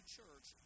church